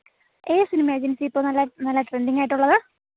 ഏത് സിനിമ ആണ് ജിൻസി ഇപ്പോൾ നല്ല നല്ല ട്രെൻഡിങ്ങ് ആയിട്ടുള്ളത്